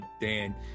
Dan